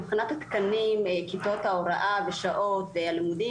מבחינת התקנים כיתות הוראה ושעות הלימודים,